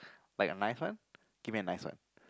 like a nice one give me a nice one